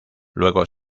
luego